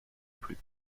plus